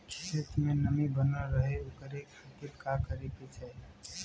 खेत में नमी बनल रहे ओकरे खाती का करे के चाही?